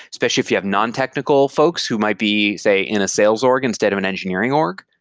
especially if you have non-technical folks who might be, say, in a sales org instead of an engineering org.